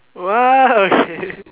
!wow! okay